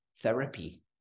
therapy